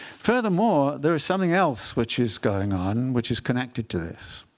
furthermore, there is something else which is going on, which is connected to this,